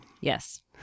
Yes